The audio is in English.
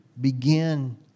begin